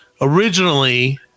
Originally